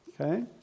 Okay